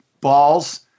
balls